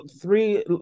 three